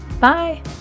Bye